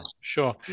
sure